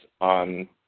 on